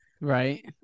Right